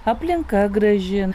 aplinka graži